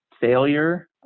failure